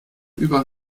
über